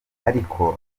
ariko